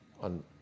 on